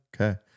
Okay